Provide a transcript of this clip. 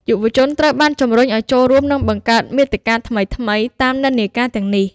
យុវជនត្រូវបាន ជំរុញឱ្យចូលរួម និងបង្កើតមាតិកាថ្មីៗ តាមនិន្នាការទាំងនេះ។